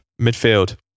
Midfield